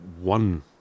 ...one